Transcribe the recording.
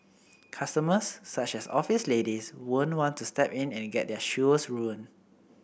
customers such as office ladies won't want to step in and get their shoes ruined